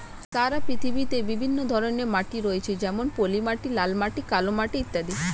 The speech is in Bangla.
সারা পৃথিবীতে বিভিন্ন ধরনের মাটি রয়েছে যেমন পলিমাটি, লাল মাটি, কালো মাটি ইত্যাদি